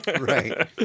Right